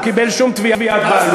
לא קיבל שום תביעת בעלות.